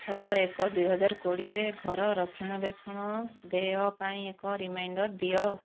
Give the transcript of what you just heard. ଛଅ ଏକ ଦୁଇହଜାର କୋଡ଼ିଏରେ ଘର ରକ୍ଷଣାବେକ୍ଷଣ ଦେୟ ପାଇଁ ଏକ ରିମାଇଣ୍ଡର୍ ଦିଅ